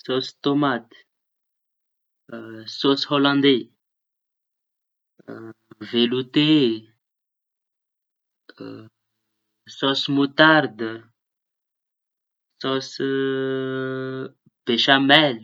Sôsy tômaty sôsy Holandei, velote, sôsy motarda, sôsy besamel.